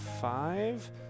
five